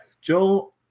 Joel